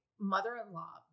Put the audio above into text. mother-in-law